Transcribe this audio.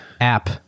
App